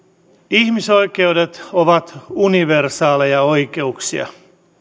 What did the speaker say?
ihmisoikeudet ovat universaaleja oikeuksia